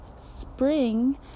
spring